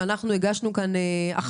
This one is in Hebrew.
אתך